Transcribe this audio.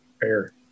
fair